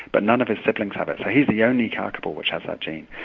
but none of his siblings had it. so he is the only kakapo which has that gene,